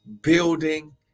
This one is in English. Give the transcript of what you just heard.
building